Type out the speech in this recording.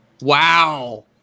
Wow